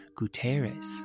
Guterres